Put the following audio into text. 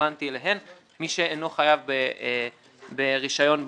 שרלוונטי אליהן, מי שאינו חייב ברישיון בנקאי.